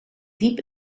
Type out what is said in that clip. diep